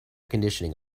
conditioning